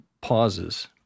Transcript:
pauses